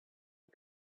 you